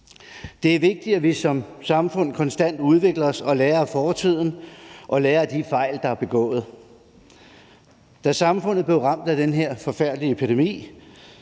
Det er vigtigt, at vi som samfund konstant udvikler os og lærer af fortiden og lærer af de fejl, der er begået. Da samfundet blev ramt af den her forfærdelige epidemi,